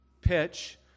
Pitch